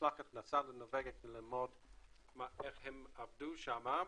משלחת נסעה לנורבגיה כדי ללמוד איך הם עבדו שם.